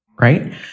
right